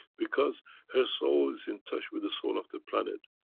because her soul is in touch with the soul of the planet.